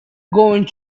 going